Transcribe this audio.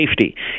safety